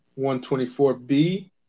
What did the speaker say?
124b